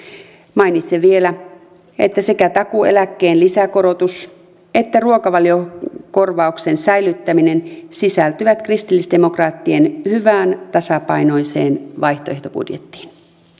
mainitsen vielä että sekä takuueläkkeen lisäkorotus että ruokavaliokorvauksen säilyttäminen sisältyvät kristillisdemokraattien hyvään tasapainoiseen vaihtoehtobudjettiin